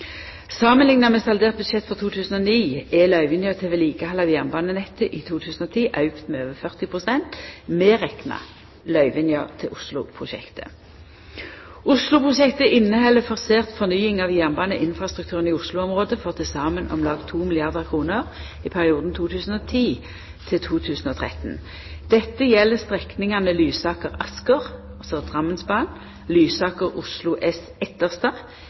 Samanlikna med saldert budsjett for 2009 er løyvinga til vedlikehaldet av jernbanenettet i 2010 auka med over 40 pst., medrekna løyvinga til Osloprosjektet. Osloprosjektet inneheld forsert fornying av jernbaneinfrastrukturen i Oslo-området for til saman om lag 2 milliardar kr i perioden 2010–2013. Dette gjeld strekningane Lysaker–Asker, altså Drammensbanen, Lysaker–Oslo S–Etterstad, inklusiv Oslotunnelen og Oslo S,